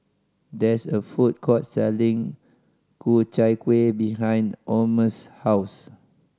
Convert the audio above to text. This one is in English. there is a food court selling Ku Chai Kuih behind Omer's house